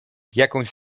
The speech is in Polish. jakąś